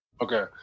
Okay